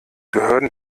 behörden